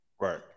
Right